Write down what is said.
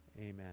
Amen